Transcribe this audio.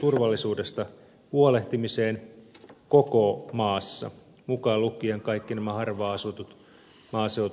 turvallisuudesta huolehtimiseen koko maassa mukaan lukien kaikki nämä harvaanasutut maaseutualueet